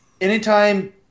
anytime